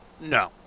No